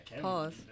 Pause